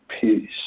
peace